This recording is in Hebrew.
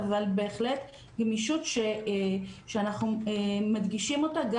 אבל בהחלט גמישות שאנחנו מדגישים אותה,